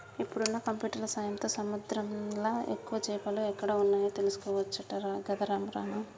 ఇప్పుడున్న కంప్యూటర్ల సాయంతో సముద్రంలా ఎక్కువ చేపలు ఎక్కడ వున్నాయో తెలుసుకోవచ్చట గదరా రామా